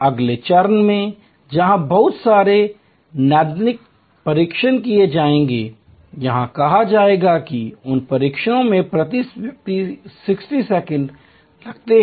अगले चरण में जहां बहुत सारे नैदानिक परीक्षण किए जाएंगे यह कहा जाएगा कि उन परीक्षणों में प्रति व्यक्ति 60 सेकंड लगते हैं